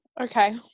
okay